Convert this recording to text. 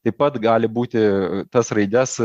taip pat gali būti tas raides